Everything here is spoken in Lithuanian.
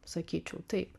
sakyčiau taip